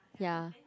ya